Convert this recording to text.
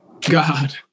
God